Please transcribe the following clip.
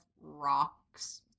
rocks